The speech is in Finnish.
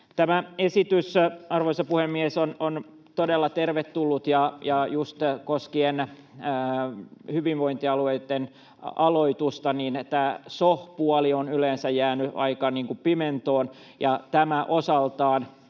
Tämä esitys on todella tervetullut. Just koskien hyvinvointialueitten aloitusta, tämä so-puoli on yleensä jäänyt aika pimentoon ja